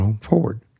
forward